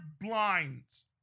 blinds